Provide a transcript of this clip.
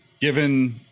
given